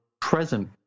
present